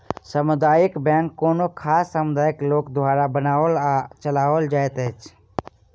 सामुदायिक बैंक कोनो खास समुदायक लोक द्वारा बनाओल आ चलाओल जाइत अछि